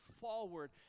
forward